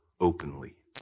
openly